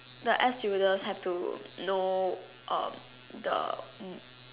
the air stewardess have to know um the mm